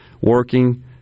working